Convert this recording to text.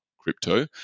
crypto